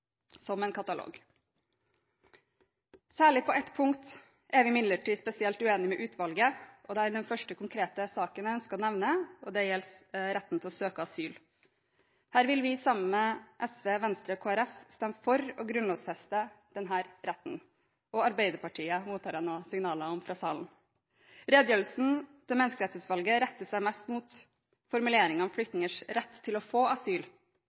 som en katalog. Særlig på ett punkt er vi imidlertid spesielt uenig med utvalget, og den første konkrete saken jeg skal nevne, er retten til å søke asyl. Vi vil, sammen med SV, Venstre og Kristelig Folkeparti – og Arbeiderpartiet, mottar jeg nå signaler om fra salen – stemme for å grunnlovfeste denne retten. Redegjørelsen til Menneskerettighetsutvalget retter seg mest mot formuleringene om flyktningers rett til å få asyl,